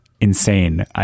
insane